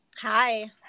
Hi